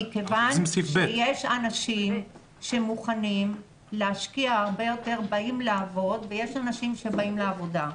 מכיוון שיש אנשים שמוכנים להשקיע הרבה יותר ויש אנשים שבאים לעבודה.